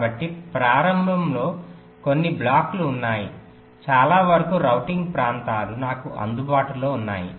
కాబట్టి ప్రారంభంలో కొన్ని బ్లాక్లు ఉన్నాయి చాలా వరకు రౌటింగ్ ప్రాంతాలు నాకు అందుబాటులో ఉన్నాయి